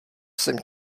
jsem